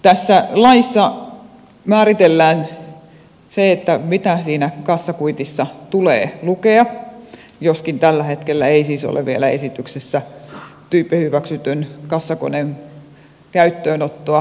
tässä laissa määritellään se mitä siinä kassakuitissa tulee lukea joskaan tällä hetkellä ei siis ole vielä esityksessä tyyppihyväksytyn kassakoneen käyttöönottoa